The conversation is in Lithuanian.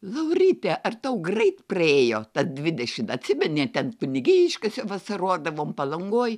lauryte ar tau greit praėjo dvidešim atsimeni ten kunigiškiuose vasarodavom palangoje